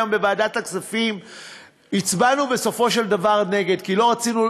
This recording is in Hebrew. היום בוועדת הכספים הצבענו בסופו של דבר בעד,